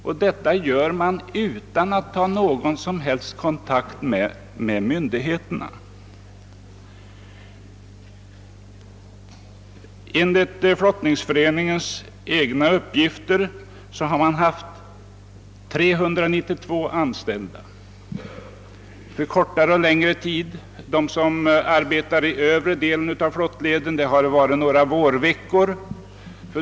Och en sådan nedläggning vidtar man utan att ta någon som helst kontakt med myndigheterna. Enligt = flottningsföreningens egna uppgifter har man haft 392 anställda, för kortare eller längre tid. De som arbetat i övre delen av flottleden har haft sysselsättning under några vårveckor.